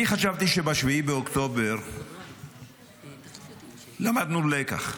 אני חשבתי שב-7 באוקטובר למדנו לקח.